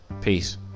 Peace